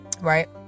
Right